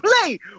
play